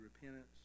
repentance